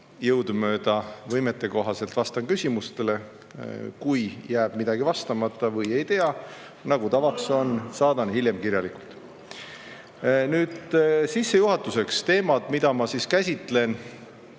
Jõudumööda, võimete kohaselt vastan küsimustele. Kui jääb midagi vastamata, siis, nagu tavaks on, saadan vastuse hiljem kirjalikult. Sissejuhatuseks teemad, mida ma käsitlen